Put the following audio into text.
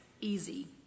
easy